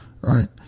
right